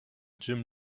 jim